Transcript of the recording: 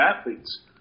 athletes